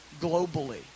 globally